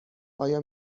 آیا